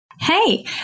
Hey